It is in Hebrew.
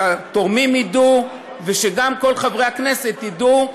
שהתורמים ידעו ושגם כל חברי הכנסת ידעו.